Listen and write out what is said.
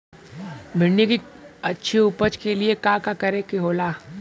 भिंडी की अच्छी उपज के लिए का का करे के होला?